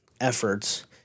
efforts